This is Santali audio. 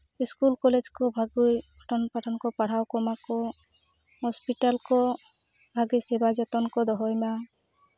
ᱤᱥᱠᱩᱞ ᱠᱚᱞᱮᱡᱽ ᱠᱚ ᱵᱷᱟᱹᱜᱤ ᱯᱚᱴᱷᱚᱱ ᱯᱟᱴᱷᱚᱱ ᱠᱚ ᱯᱟᱲᱦᱟᱣ ᱠᱚᱢᱟ ᱠᱚ ᱦᱚᱥᱯᱤᱴᱟᱞ ᱠᱚ ᱵᱷᱟᱜᱮ ᱪᱮᱦᱨᱟ ᱡᱚᱛᱚᱱ ᱠᱚ ᱫᱚᱦᱚᱭ ᱢᱟ